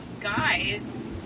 Guys